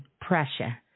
pressure